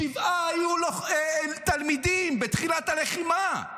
שבעה היו תלמידים בתחילת הלחימה,